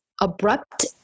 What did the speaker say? abrupt